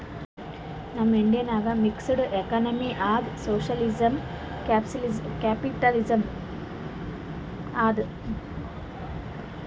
ನಮ್ ಇಂಡಿಯಾ ನಾಗ್ mixed economy ಅದಾ ಸೋಶಿಯಲಿಸಂ, ಕ್ಯಾಪಿಟಲಿಸಂ ಅದಾ